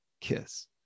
Kiss